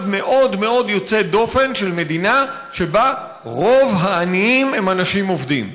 מאוד מאוד יוצא דופן של מדינה שבה רוב העניים הם אנשים עובדים.